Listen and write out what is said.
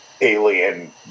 alien